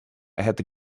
had